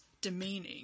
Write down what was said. demeaning